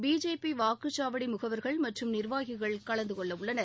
BJP வாக்குசாவடி முகவர்கள் மற்றும் நிர்வாகிகள் கலந்துகொள்ள உள்ளனர்